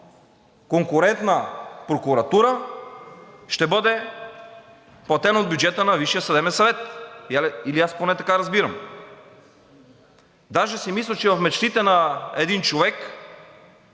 конкурентна прокуратура ще бъде платена от бюджета на Висшия съдебен съвет или аз поне така разбирам. Даже си мисля, че в мечтите на един човек,